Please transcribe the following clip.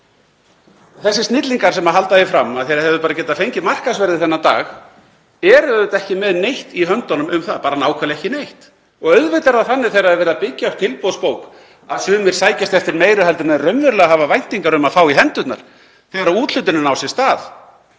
Þeir snillingar sem halda því fram að þeir hefðu bara getað fengið markaðsverði þennan dag eru auðvitað ekki með neitt í höndunum um það, bara nákvæmlega ekki neitt. Og auðvitað er það þannig, þegar verið er að byggja upp tilboðsbók, að sumir sækjast eftir meiru en þeir raunverulega hafa væntingar um að fá í hendurnar þegar úthlutunin á sér stað.